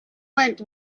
went